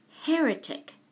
heretic